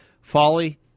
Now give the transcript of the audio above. folly